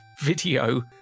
video